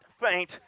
faint